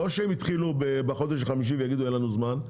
לא שהם התחילו בחודש חמישי ויגידו שאין להם זמן,